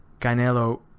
Canelo